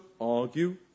argue